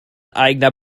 eigener